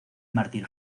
mártir